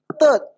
third